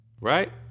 Right